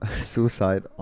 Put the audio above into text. suicide